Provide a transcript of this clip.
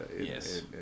Yes